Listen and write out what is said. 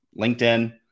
LinkedIn